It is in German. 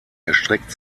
erstreckt